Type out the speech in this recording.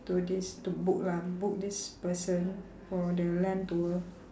to this to book lah book this person for the land tour